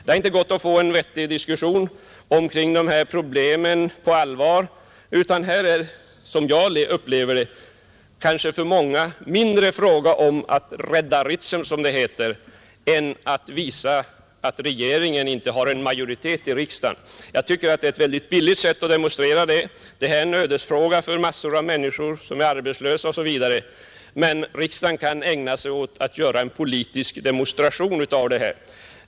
Det har inte gått att få en vettig diskussion om dessa problem. Som jag uppfattar det är detta för många mindre fråga om att rädda Ritsem, som det heter, än om att visa att regeringen inte har majoritet i riksdagen. Jag tycker det är ett billigt sätt att demonstrera. Detta är en ödesfråga för massor av människor som är arbetslösa, men riksdagen kan ägna sig åt att göra en politisk demonstration av frågan.